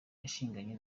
arushinganye